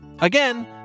Again